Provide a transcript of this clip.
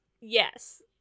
Yes